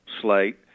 slate